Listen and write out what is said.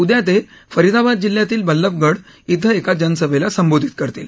उद्या ते फरिदाबाद जिल्ह्यातील वल्लभगढ इथं एका जनसभेला संबोधित करतील